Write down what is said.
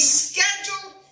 scheduled